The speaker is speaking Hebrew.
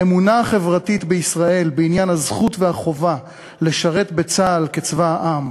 האמונה החברתית בישראל בעניין הזכות והחובה לשרת בצה"ל כצבא העם,